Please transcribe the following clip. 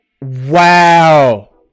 Wow